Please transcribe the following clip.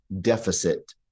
deficit